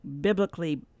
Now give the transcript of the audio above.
biblically-